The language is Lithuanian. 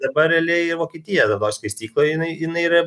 dabar realiai vokietija vienoj skaistykloj jinai jinai yra